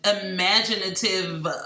imaginative